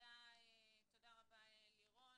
תודה רבה, לירון.